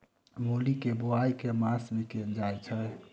मूली केँ बोआई केँ मास मे कैल जाएँ छैय?